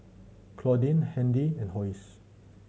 Claudine Handy and Hosie